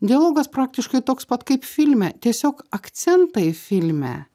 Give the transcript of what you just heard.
dialogas praktiškai toks pat kaip filme tiesiog akcentai filme